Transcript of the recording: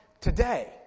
today